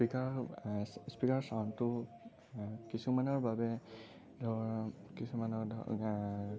speaker স্পীকাৰৰ চাউণ্ডটো কিছুমানৰ বাবে ধৰ কিছুমানৰ ধৰ